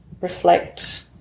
reflect